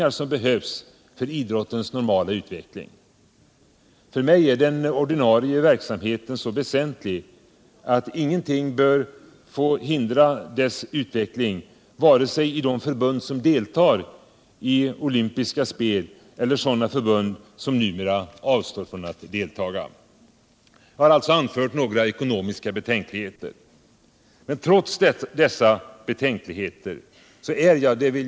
Och om han tvingades välja mellan att å ena sidan klara ländets ekonomi och å andra sidan bedriva i och för sig värdefulla aktiviteter på bekostnad av förutsättningarna att kunna klara det som är fundamentalt, så fanns det inga tvivelom resultatet. 25 miljoner skulle då rasera landets ekonomi.